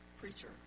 preacher